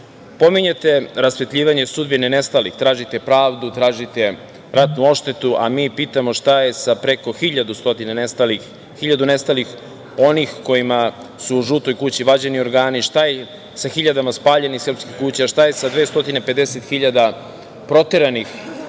istine. Pominjete rasvetljavanje sudbine nestalih, tražite pravdu, tražite ratnu odštetu, a mi pitamo šta je sa preko hiljadu nestalih, onih kojima su u „žutoj kući“, vađeni organi? Šta je sa hiljadama spaljenih srpskih kuća, šta je sa 250 hiljada proteranih